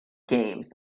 games